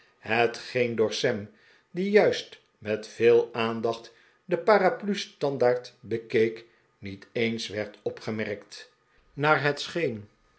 hetgeen door sam die juist met veel aandacht den paraplustandaard bekeek niet eens werd opgemerkt naar het scheen